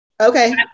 okay